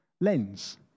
lens